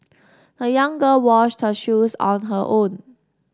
the young girl washed her shoes on her own